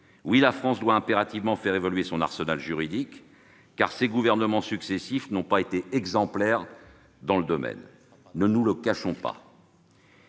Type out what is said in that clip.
Oui, la France doit impérativement faire évoluer son arsenal juridique, car ses gouvernements successifs n'ont pas été exemplaires dans ce domaine- ne nous le cachons pas.